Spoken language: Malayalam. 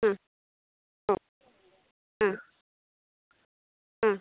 ആ ആ ആ ആ